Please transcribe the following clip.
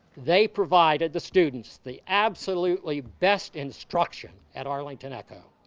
they provided the students the absolutely best instruction at arlington echo.